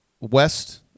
west